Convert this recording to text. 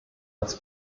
das